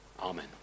Amen